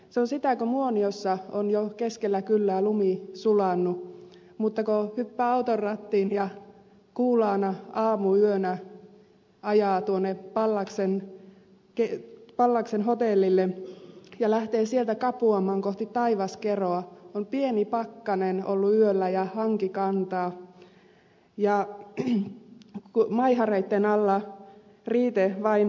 se on sitä kun muoniossa on jo keskellä kylää lumi sulanut mutta kun hyppää auton rattiin ja kuulaana aamuyönä ajaa pallaksen hotellille ja lähtee sieltä kapuamaan kohti taivaskeroa on pieni pakkanen ollut yöllä ja hanki kantaa ja maihareitten alla riite vain rätisee